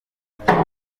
ubusanzwe